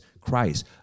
Christ